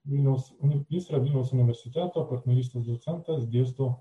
vilniaus uni jis yra vilniaus universiteto partnerystės docentas dėsto